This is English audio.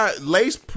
Lace